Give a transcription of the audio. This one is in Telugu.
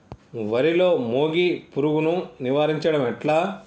వరిలో మోగి పురుగును నివారించడం ఎట్లా?